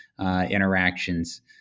interactions